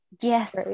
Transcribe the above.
Yes